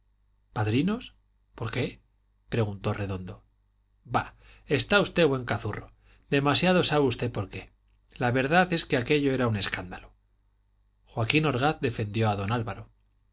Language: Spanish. padrinos por qué preguntó redondo bah está usted buen cazurro demasiado sabe usted por qué la verdad es que aquello era un escándalo joaquín orgaz defendió a don álvaro